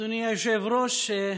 אדוני היושב-ראש,